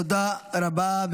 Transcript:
תודה רבה.